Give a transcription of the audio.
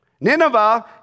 Nineveh